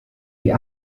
die